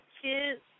kids